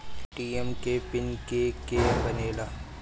ATM के pin के के बनेला?